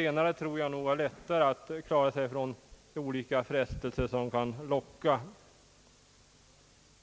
Jag tror att de senare har lättare att klara sig från olika frestelser som kan locka.